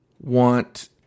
want